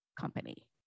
company